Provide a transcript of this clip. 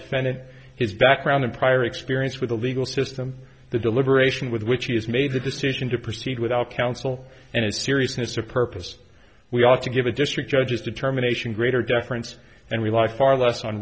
defendant his background and prior experience with the legal system the deliberation with which he has made the decision to proceed without counsel and his seriousness of purpose we ought to give a district judges determination greater deference and rely far less on